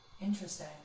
interesting